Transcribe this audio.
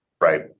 Right